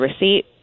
receipt